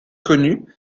connu